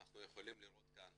היא יכולה לראות כאן